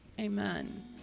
Amen